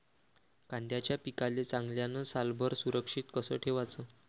कांद्याच्या पिकाले चांगल्यानं सालभर सुरक्षित कस ठेवाचं?